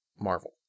marvel